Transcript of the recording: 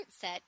set